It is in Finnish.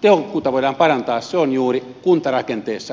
tehokkuutta voidaan parantaa se on juuri kuntarakenteessa kunnallisissa palveluissa